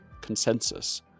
Consensus